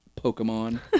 Pokemon